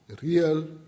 real